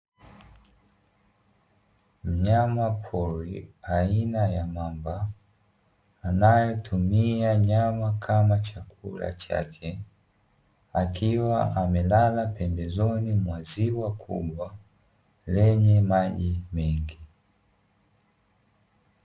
Mnyamapori aina ya mamba anayetumia nyama kama chakula chake, akiwa amelala pembezoni mwa ziwa kubwa lenye maji mengi.